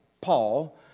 Paul